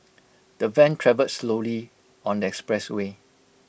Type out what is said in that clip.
the van travelled slowly on the expressway